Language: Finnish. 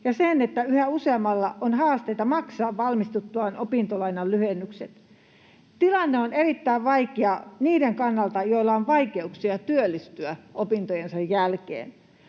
ja yhä useammalla on haasteita maksaa valmistuttuaan opintolainan lyhennykset. Tilanne on erittäin vaikea niiden kannalta, joilla on vaikeuksia työllistyä opintojensa jälkeen.